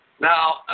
Now